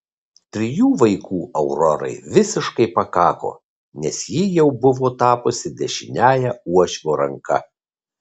trijų vaikų aurorai visiškai pakako nes ji jau buvo tapusi dešiniąja uošvio ranka